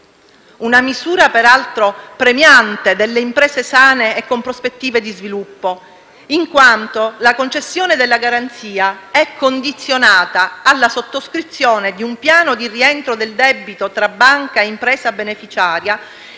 una misura, peraltro, premiante delle imprese sane e con prospettive di sviluppo in quanto la concessione della garanzia è condizionata alla sottoscrizione di un piano di rientro del debito tra banca e impresa beneficiaria